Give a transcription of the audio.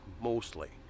mostly